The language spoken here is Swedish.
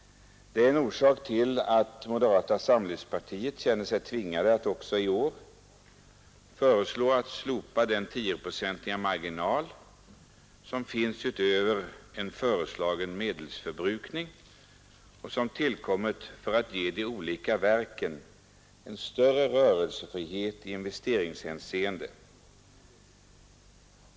Det är en orsak till att moderata samlingspartiet känner sig tvingat att också i år föreslå ett slopande av den 10-procentiga marginal som finns utöver en föreslagen medelsförbrukning och som tillkommit för att genom departementen ge de olika verken en större rörelsefrihet i investeringshänseende.